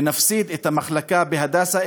ונפסיד את המחלקה בהדסה,